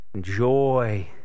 joy